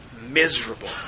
miserable